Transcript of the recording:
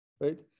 Right